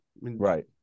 Right